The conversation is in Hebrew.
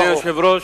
אדוני היושב-ראש,